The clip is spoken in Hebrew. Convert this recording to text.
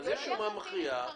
יש שומה מכריעה.